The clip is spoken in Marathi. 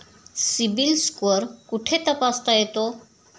सिबिल स्कोअर कुठे तपासता येतो?